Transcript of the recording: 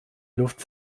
luft